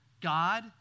God